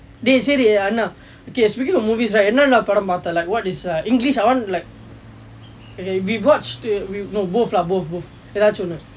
dey சரி என்ன:sari enna okay speaking of movies right என்ன எல்லா படம் பார்த்த:enna ellaam padam parttha what is a english I want to like okay we watch okay no both lah both both ஏதாவது ஒன்னு:aethaavathu onnu